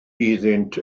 iddynt